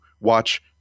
watch